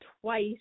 twice